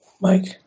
Mike